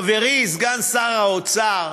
חברי סגן שר האוצר,